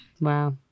Wow